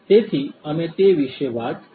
તેથી અમે તે વિશે વાત કરી છે